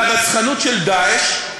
לרצחנות של "דאעש".